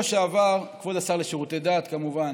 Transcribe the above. כבוד השר לשירותי דת, כמובן.